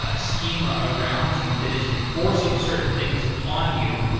ah schema around you that is enforcing certain things upon you.